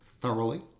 thoroughly